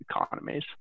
economies